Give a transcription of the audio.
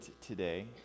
today